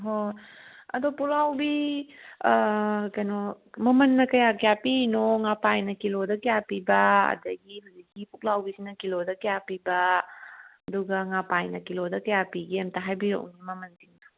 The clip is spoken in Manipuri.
ꯍꯣꯏ ꯑꯗꯣ ꯄꯨꯛꯂꯥꯎꯕꯤ ꯀꯩꯅꯣ ꯃꯃꯜꯅ ꯀꯌꯥ ꯀꯌꯥ ꯄꯤꯔꯤꯅꯣ ꯉꯄꯥꯏꯅ ꯀꯤꯂꯣꯗ ꯀꯌꯥ ꯄꯤꯕ ꯑꯗꯒꯤ ꯍꯧꯖꯤꯛꯀꯤ ꯄꯨꯛꯂꯥꯎꯕꯤꯁꯤꯅ ꯀꯤꯂꯣꯗ ꯀꯌꯥ ꯄꯤꯕ ꯑꯗꯨꯒ ꯉꯄꯥꯏꯅ ꯀꯤꯂꯣꯗ ꯀꯌꯥ ꯄꯤꯕꯒꯦ ꯑꯃꯨꯛꯇ ꯍꯥꯏꯕꯤꯔꯛꯑꯣꯅꯦ ꯃꯃꯜꯁꯤꯡꯗꯣ